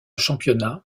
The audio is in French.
championnat